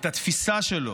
את התפיסה שלו,